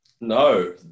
No